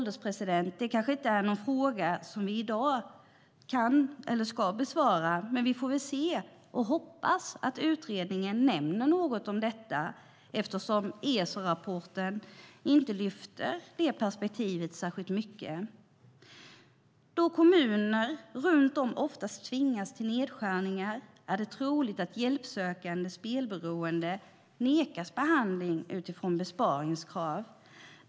Det kanske inte är en fråga som vi kan eller ska besvara i dag, herr ålderspresident, men vi får väl se om - och hoppas att - utredningen nämner något om detta eftersom ESO-rapporten inte lyfter fram det perspektivet särskilt mycket. Då kommuner runt om i landet oftast tvingas till nedskärningar är det troligt att hjälpsökande spelberoende nekas behandling utifrån besparingskrav.